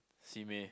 Simei